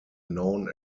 known